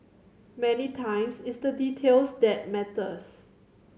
many times it's the details that matters